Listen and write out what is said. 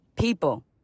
people